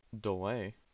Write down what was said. delay